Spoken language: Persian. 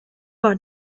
بار